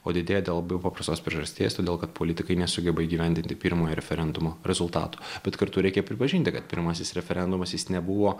o didėja dėl labai paprastos priežasties todėl kad politikai nesugeba įgyvendinti pirmojo referendumo rezultatų bet kartu reikia pripažinti kad pirmasis referendumas jis nebuvo